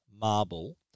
marble